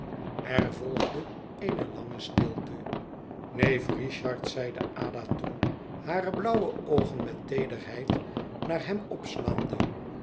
er volgde eene lange stilte neef richard zeide ada toen hare blauwe oogen met teederheid naar hem opslaande